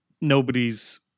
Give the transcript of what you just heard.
nobody's